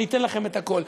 אני אתן לכם את הכול.